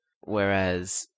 Whereas